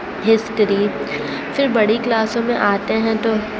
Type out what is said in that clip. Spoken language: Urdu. ہسٹری پھر بڑی کلاسوں میں آتے ہیں تو